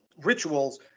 rituals